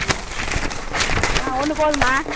ம் ஆ ஒன்று போதும்மா